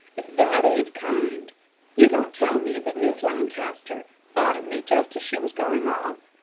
if that ain't kind you don't tell me that mis' lancaster thought of me just as she was going off?